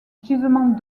gisements